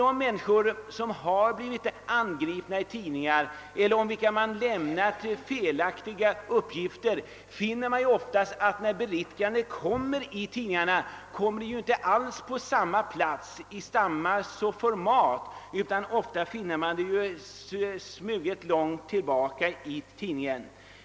De människor som har blivit angripna, exempelvis i tidningar, eller om vilka felaktiga uppgifter lämnats, finner emellertid ofta att när sedan beriktigandet lämnas i tidningarna så kommer det inte alls på samma framskjutna plats eller med samma stil och i samma format som den felaktiga uppgiften tryckts, utan man finner det insmuget mycket långt bak i tidningen.